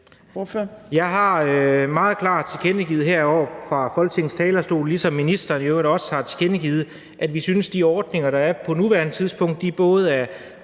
Jeg har meget klart tilkendegivet heroppe fra Folketingets talerstol, ligesom ministeren i øvrigt også har tilkendegivet, at vi synes, at de ordninger, der er på nuværende tidspunkt, både er